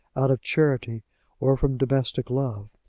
out of charity or from domestic love.